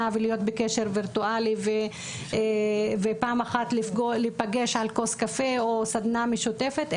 ולהיות בקשר וירטואלי ופעם אחת להיפגש על כוס קפה או סדנא משותפת,